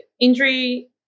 injury